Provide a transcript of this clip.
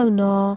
no